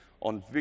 on